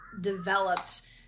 developed